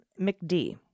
McD